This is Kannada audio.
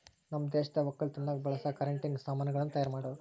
ನಮ್ ದೇಶದಾಗ್ ವಕ್ಕಲತನದಾಗ್ ಬಳಸ ಕರೆಂಟಿನ ಸಾಮಾನ್ ಗಳನ್ನ್ ತೈಯಾರ್ ಮಾಡೋರ್